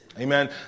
amen